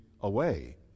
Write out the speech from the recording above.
away